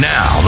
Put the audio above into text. Now